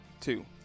two